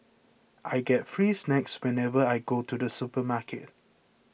I get free snacks whenever I go to the supermarket